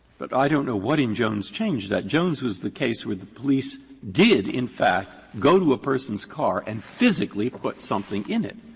but i don't know what in jones changed that. jones is the case where the police did in fact go to a person's car and physically put something in it.